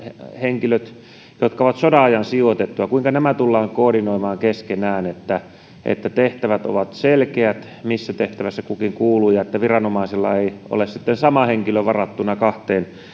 henkilöt jotka ovat sodan ajan sijoitettuja tullaan koordinoimaan keskenään niin että tehtävät ovat selkeät missä tehtävässä kunkin kuuluu olla ja että viranomaisilla ei ole sitten sama henkilö varattuna kahteen